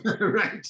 right